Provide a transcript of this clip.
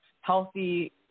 healthy